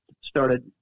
started